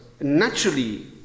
naturally